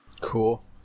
Cool